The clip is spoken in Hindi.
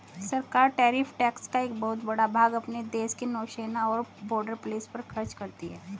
सरकार टैरिफ टैक्स का एक बहुत बड़ा भाग अपने देश के नौसेना और बॉर्डर पुलिस पर खर्च करती हैं